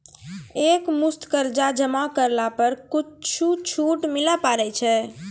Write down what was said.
एक मुस्त कर्जा जमा करला पर कुछ छुट मिले पारे छै?